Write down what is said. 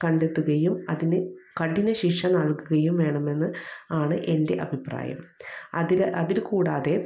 കണ്ടെത്തുകയും അതിന് കഠിനശിക്ഷ നൽകുകയും വേണമെന്ന് ആണ് എൻ്റെ അഭിപ്രായം അതിൽ അതിൽ കൂടാതെ